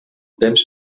temps